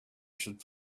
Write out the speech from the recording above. should